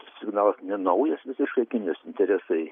signalas ne naujas visiškai kinijos interesai